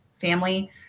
family